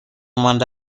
مانده